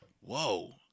whoa